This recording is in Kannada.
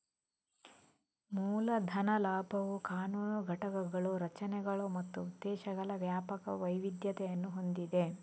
ಮೂಲ ಧನ ಲಾಭವು ಕಾನೂನು ಘಟಕಗಳು, ರಚನೆಗಳು ಮತ್ತು ಉದ್ದೇಶಗಳ ವ್ಯಾಪಕ ವೈವಿಧ್ಯತೆಯನ್ನು ಹೊಂದಿದೆ